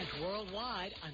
worldwide